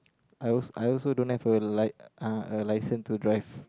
I also I also don't have a li~ uh a licence to drive